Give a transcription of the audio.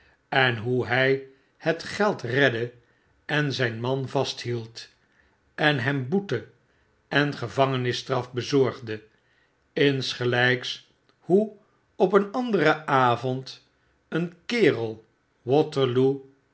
en hoe hij het geld redde en zyn man vasthield en hem boete en gevangenisstraf bezorgde lnsgeljjks hoe op een anderen avond een kerel waterloo